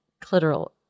clitoral